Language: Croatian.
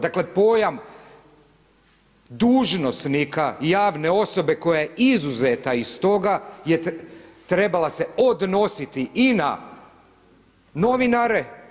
Dakle, pojam dužnosnika javne osobe koja je izuzeta iz toga je trebala se odnositi i na novinare.